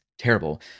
terrible